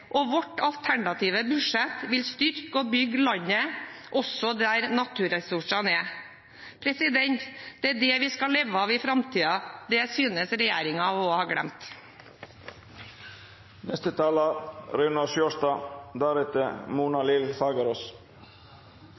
og vårt alternative budsjett vil styrke og bygge landet, også der naturressursene er. Det er det vi skal leve av i framtiden. Det synes regjeringen å ha glemt. Norge er inne i en omstilling. Norge har som ett av 175 land underskrevet Parisavtalen. Det forplikter, og